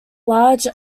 large